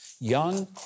young